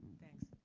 thanks.